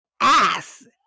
ass